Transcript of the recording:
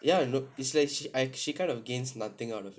ya no is like she I she kind of gains nothing out of it